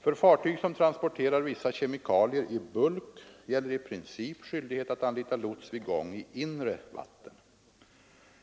För fartyg som transporterar vissa kemikalier i bulk gäller i princip skyldighet att anlita lots vid gång i inre vatten.